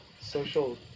social